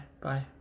bye